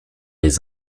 les